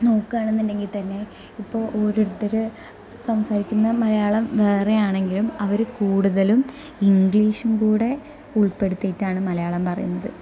നോക്കുകയാണെങ്കിൽ തന്നെ ഇപ്പോൾ ഓരോരുത്തർ സംസാരിക്കുന്ന മലയാളം വേറെയാണെങ്കിലും അവർ കൂടുതലും ഇംഗ്ലീഷും കൂടി ഉൾപ്പെടുത്തിയിട്ടാണ് മലയാളം പറയുന്നത്